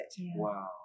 Wow